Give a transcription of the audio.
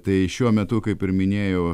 tai šiuo metu kaip ir minėjau